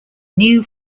new